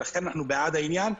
ולכן אנחנו בעד העניין.